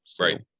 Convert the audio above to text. Right